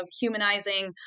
humanizing